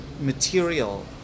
material